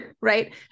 right